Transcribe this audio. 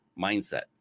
mindset